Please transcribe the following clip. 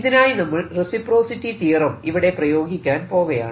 ഇതിനായി നമ്മൾ reciprocity theorem ഇവിടെ പ്രയോഗിക്കാൻ പോകയാണ്